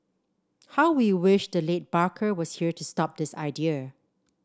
how we wish the late Barker was here to stop this idea